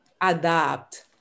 adapt